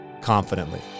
confidently